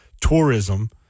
tourism